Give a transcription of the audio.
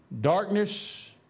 Darkness